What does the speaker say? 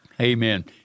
Amen